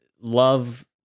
love